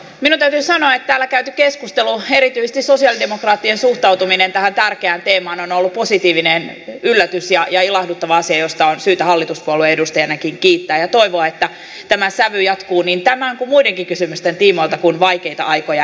minun täytyy sanoa että täällä käyty keskustelu erityisesti sosialidemokraattien suhtautuminen tähän tärkeään teemaan on ollut positiivinen yllätys ja ilahduttava asia josta on syytä hallituspuolueen edustajanakin kiittää ja toivoa että tämä sävy jatkuu niin tämän kuin muidenkin kysymysten tiimoilta kun vaikeita aikoja elämme